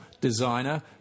designer